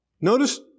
Notice